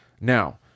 Now